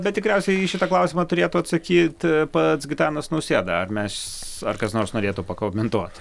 bet tikriausiai į šitą klausimą turėtų atsakyt pats gitanas nausėda ar mes ar kas nors norėtų pakomentuot